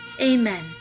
Amen